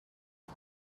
pwy